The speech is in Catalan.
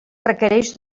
requereix